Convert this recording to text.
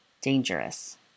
Dangerous